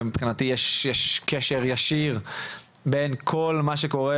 ומבחינתי יש קשר ישיר בין כל מה שקורה,